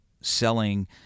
selling